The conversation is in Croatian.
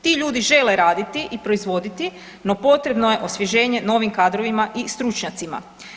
Ti ljudi žele raditi i proizvoditi, no potrebno je osvježenje novim kadrovima i stručnjacima.